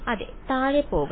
അത് താഴെ പോകണം